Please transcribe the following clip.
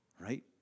right